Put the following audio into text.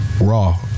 Raw